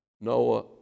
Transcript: Noah